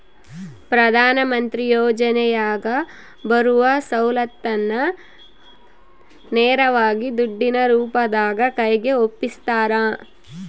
ಪ್ರಧಾನ ಮಂತ್ರಿ ಯೋಜನೆಯಾಗ ಬರುವ ಸೌಲತ್ತನ್ನ ನೇರವಾಗಿ ದುಡ್ಡಿನ ರೂಪದಾಗ ಕೈಗೆ ಒಪ್ಪಿಸ್ತಾರ?